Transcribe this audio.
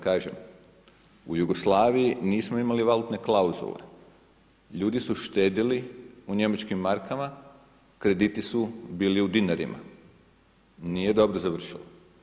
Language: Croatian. Kažem u Jugoslaviji nismo imali valutne klauzule, ljudi su štedjeli u njemačkim markama, krediti su bili u dinarima, nije dobro završilo.